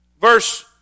verse